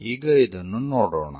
ಈಗ ಇದನ್ನು ನೋಡೋಣ